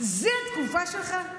זו התגובה שלך,